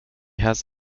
has